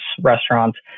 restaurants